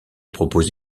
propose